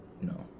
no